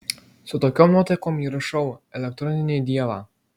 su tokiom nuotaikom įrašiau elektroninį dievą